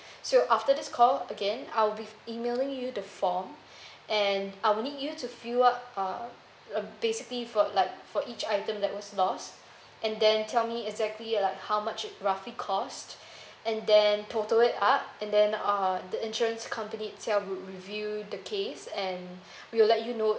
so after this call again I'll be f~ emailing you the form and I'll need you to fill up uh basically for like for each item that was lost and then tell me exactly like how much it roughly cost and then total it up and then uh the insurance company itself will review the case and we will let you know